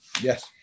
Yes